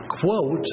quote